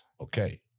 Okay